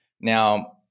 Now